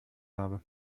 habe